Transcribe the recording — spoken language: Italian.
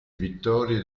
vittorie